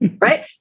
right